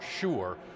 sure